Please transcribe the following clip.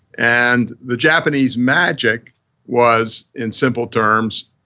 and the japanese magic was, in simple terms,